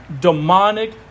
demonic